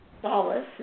solace